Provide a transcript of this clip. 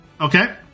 Okay